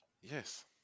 Yes